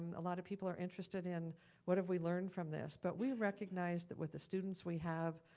a lot of people are interested in what have we learned from this, but we recognize that with the students we have,